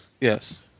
Yes